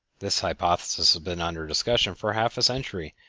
this hypothesis has been under discussion for half a century,